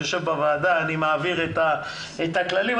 אני מעביר את הכללים,